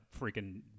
freaking